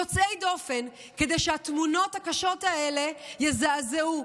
יוצאי דופן, כדי שהתמונות הקשות האלה יזעזעו.